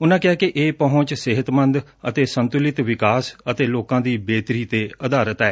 ਉਨੁਾਂ ਕਿਹਾ ਕਿ ਇਹ ਪਹੁੰਚ ਸਿਹਤਮੰਦ ਅਤੇ ਸੰਤੁਲਿਤ ਵਿਕਾਸ ਅਤੇ ਲੌਕਾਂ ਦੀ ਬਿਹਤਰੀ ਤੇ ਅਧਾਰਿਤ ਐ